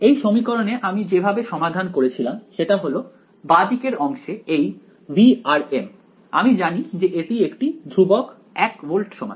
এই সমীকরণে আমি যেভাবে সমাধান করেছিলাম সেটা হল বাঁ দিকের অংশে এই V আমি জানি যে এটি একটি ধ্রুব 1 ভোল্ট সমান